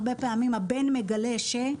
הרבה פעמים הבן מגלה ש-,